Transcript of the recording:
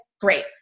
great